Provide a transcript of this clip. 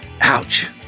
Ouch